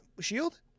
Shield